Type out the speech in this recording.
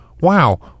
wow